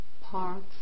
parts